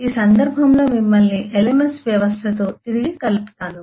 ఈ సందర్భంలో మిమ్మల్ని LMS వ్యవస్థతో తిరిగి కలుపుతాను